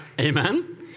Amen